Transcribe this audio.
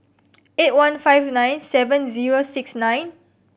eight one five nine seven zero six nine